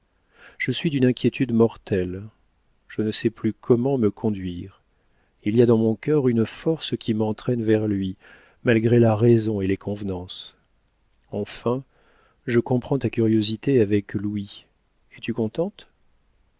je suis d'une inquiétude mortelle je ne sais plus comment me conduire il y a dans mon cœur une force qui m'entraîne vers lui malgré la raison et les convenances enfin je comprends ta curiosité avec louis es-tu contente